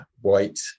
white